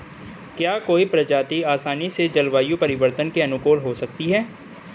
क्या कोई प्रजाति आसानी से जलवायु परिवर्तन के अनुकूल हो सकती है?